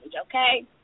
okay